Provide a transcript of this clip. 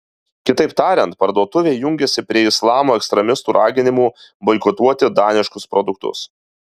kitaip tariant parduotuvė jungiasi prie islamo ekstremistų raginimų boikotuoti daniškus produktus